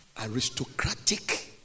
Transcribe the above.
aristocratic